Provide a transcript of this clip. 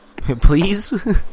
please